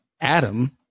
Adam